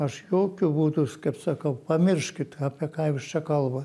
aš jokiu būdu kaip sakau pamirškit apie ką jūs čia kalbat